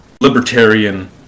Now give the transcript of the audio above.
libertarian